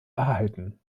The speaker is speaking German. erhalten